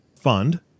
fund